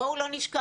בואו לא נשכח,